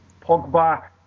Pogba